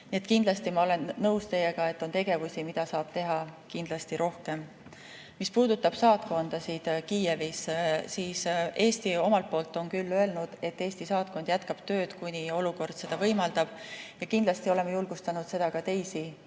kindlasti ma olen nõus teiega, et on tegevusi, mida saab teha rohkem. Mis puudutab saatkondasid Kiievis, siis Eesti omalt poolt on küll öelnud, et Eesti saatkond jätkab tööd, kuni olukord seda võimaldab, ja oleme julgustanud ka teisi seda